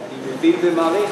אני מבין ומעריך,